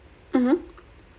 mmhmm